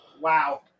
Wow